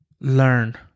learn